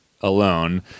alone